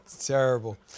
Terrible